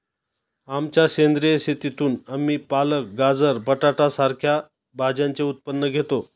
आमच्या सेंद्रिय शेतीतून आम्ही पालक, गाजर, बटाटा सारख्या भाज्यांचे उत्पन्न घेतो